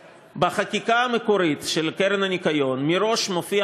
בחקיקה המקורית של הקרן לשמירת הניקיון מראש מופיע